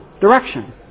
direction